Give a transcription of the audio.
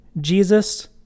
Jesus